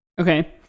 Okay